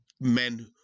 men